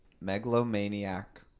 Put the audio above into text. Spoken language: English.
megalomaniac